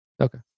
Okay